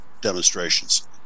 demonstrations